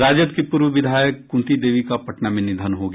राजद की पूर्व विधायक कुंती देवी का पटना में निधन हो गया